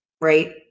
right